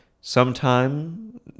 sometime